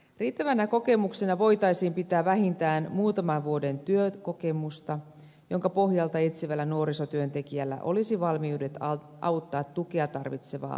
riittävänä kokemuksena voitaisiin pitää vähintään muutaman vuoden työkokemusta jonka pohjalta etsivällä nuorisotyöntekijällä olisi valmiudet auttaa tukea tarvitsevaa nuorta